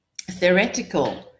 theoretical